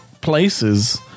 places